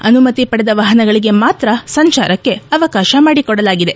ಅನುಮತಿ ಪಡೆದ ವಾಹನಗಳಿಗೆ ಮಾತ್ರ ಸಂಚಾರಕ್ಕೆ ಅವಕಾಶ ಮಾಡಿಕೊಡಲಾಗಿದೆ